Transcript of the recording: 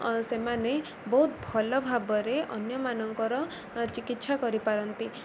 ସେମାନେ ବହୁତ ଭଲ ଭାବରେ ଅନ୍ୟମାନଙ୍କର ଚିକିତ୍ସା କରିପାରନ୍ତି